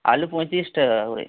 আলু পঁয়তিরিশ টাকা করে